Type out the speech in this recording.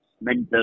mental